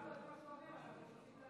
הרב בן צור, אנחנו הבנו את מה שאתה אומר.